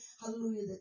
hallelujah